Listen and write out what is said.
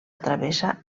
travessa